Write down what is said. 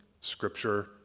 scripture